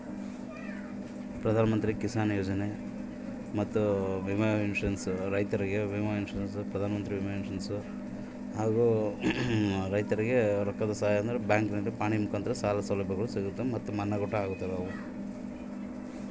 ರೈತರಿಗೆ ರೊಕ್ಕದ ಸಹಾಯ ಸಿಗುವಂತಹ ಸರ್ಕಾರಿ ಯೋಜನೆಗಳು ಯಾವುವು?